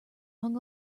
hung